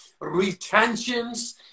retentions